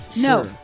No